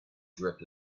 drip